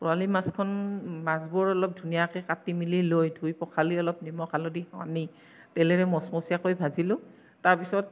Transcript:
বৰালি মাছখন মাছবোৰ অলপ ধুনীয়াকে কাটি মেলি লৈ ধুই পখালি অলপ নিমখ হালধি সানি তেলেৰে মচমচীয়াকৈ ভাজিলোঁ তাৰপিছত